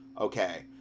okay